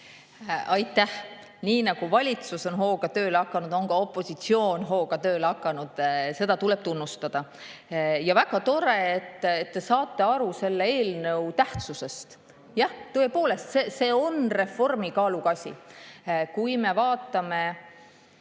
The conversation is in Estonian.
Aitäh! Nii nagu valitsus on hooga tööle hakanud, on ka opositsioon hooga tööle hakanud. Seda tuleb tunnustada. Väga tore, et te saate aru selle eelnõu tähtsusest. Jah, tõepoolest, see on reformi kaaluga asi. Kui me vaatame